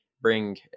bring